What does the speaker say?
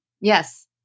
Yes